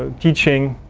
ah teaching,